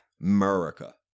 America